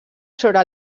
sobre